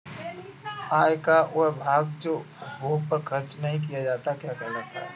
आय का वह भाग जो उपभोग पर खर्च नही किया जाता क्या कहलाता है?